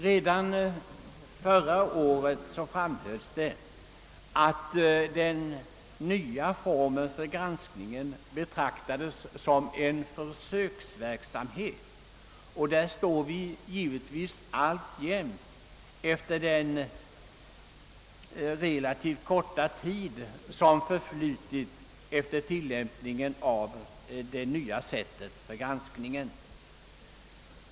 Redan förra året framhölls det, att den nya formen för granskningen betraktades som en försöksverksamhet, och där står vi givetvis alltjämt. Det är ju relativt kort tid, som förflutit sedan det nya sättet för granskningen infördes.